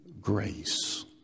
grace